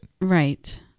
Right